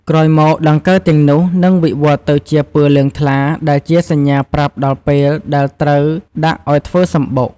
ក្រោយមក ដង្កូវទាំងនោះនឹងវិវត្តន៍ទៅជាពណ៌លឿងថ្លា ដែលជាសញ្ញាប្រាប់ដល់ពេលដែលត្រូវដាក់អោយធ្វើសំបុក។